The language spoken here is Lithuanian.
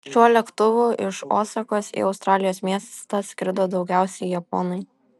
šiuo lėktuvu iš osakos į australijos miestą skrido daugiausiai japonai